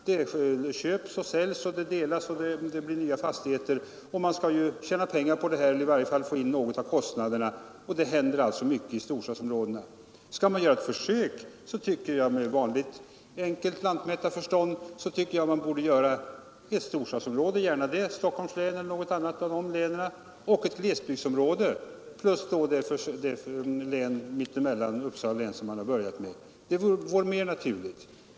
Det köps, säljs och delas och bildas nya fastigheter. Man skall på detta sätt i varje fall kunna täcka en del av kostnaderna. Med vanligt enkelt lantmätarförstånd anser jag att ett försök bör göras i ett storstadslän — gärna i Stockholms län — och i ett glesbygdsområde samt dessutom i ett län som i fråga om befolkningstäthet ligger mitt emellan, t.ex. Uppsala län, som man nu har börjat med. Det vore mer naturligt.